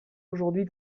aujourd’hui